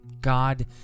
God